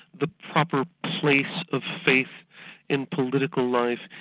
the proper place of faith in political life.